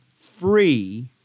free